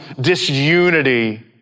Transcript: disunity